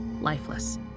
lifeless